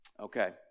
Okay